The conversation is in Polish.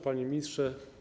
Panie Ministrze!